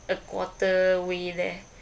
a quarter way there